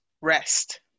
rest